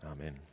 Amen